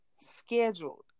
scheduled